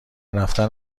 رفتن